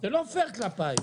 זה לא פייר כלפייך.